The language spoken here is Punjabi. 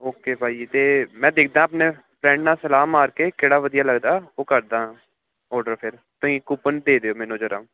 ਓਕੇ ਭਾਅ ਜੀ ਅਤੇ ਮੈਂ ਦੇਖਦਾ ਆਪਣੇ ਫਰੈਂਡ ਨਾਲ ਸਲਾਹ ਮਾਰ ਕੇ ਕਿਹੜਾ ਵਧੀਆ ਲੱਗਦਾ ਉਹ ਕਰਦਾ ਔਡਰ ਫਿਰ ਤੁਸੀਂ ਕੂਪਨ ਦੇ ਦਿਓ ਮੈਨੂੰ ਜਰਾ